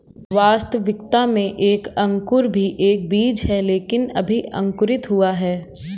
वास्तविकता में एक अंकुर भी एक बीज है लेकिन अभी अंकुरित हुआ है